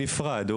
הוא נפרד.